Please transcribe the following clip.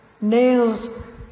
nails